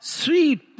sweet